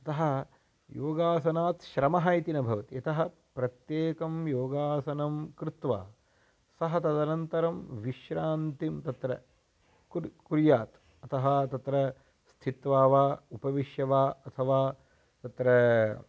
अतः योगासनात् श्रमः इति न भवति यतः प्रत्येकं योगासनं कृत्वा सः तदनन्तरं विश्रान्तिं तत्र कुर्यात् कुर्यात् अतः तत्र स्थित्वा वा उपविश्य वा अथवा तत्र